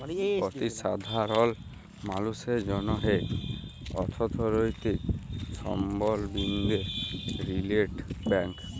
অতি সাধারল মালুসের জ্যনহে অথ্থলৈতিক সাবলম্বীদের রিটেল ব্যাংক